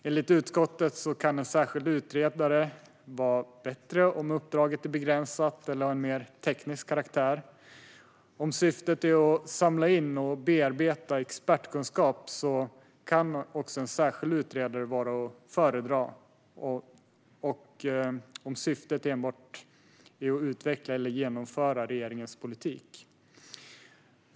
Enligt utskottet kan en särskild utredare vara bättre om uppdraget är begränsat eller har en mer teknisk karaktär. Om syftet är att samla in och bearbeta expertkunskap kan en särskild utredare också vara att föredra och om syftet enbart är att utveckla eller genomföra regeringens politik.